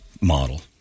model